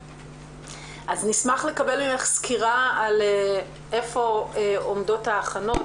נשמח לקבל ממך סקירה על איפה עומדות ההכנות,